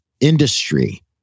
industry